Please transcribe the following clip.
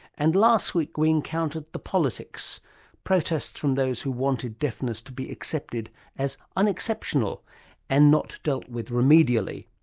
and last week we encountered the politics protests from those who wanted deafness to be accepted as unexceptional and not dealt with remedially.